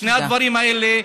שני הדברים האלה.